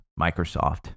Microsoft